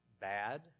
bad